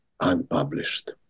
unpublished